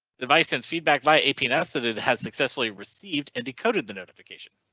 device sends feedback via a peanut that it has successfully received and decoded the notification.